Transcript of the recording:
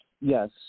yes